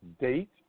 date